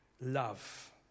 Love